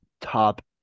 top